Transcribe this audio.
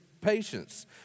patience